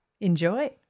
Enjoy